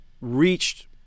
reached